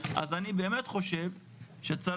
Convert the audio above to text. אז אני באמת חושב שצריך